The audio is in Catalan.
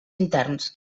interns